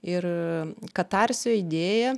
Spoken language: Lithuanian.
ir katarsio idėja